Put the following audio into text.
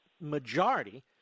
majority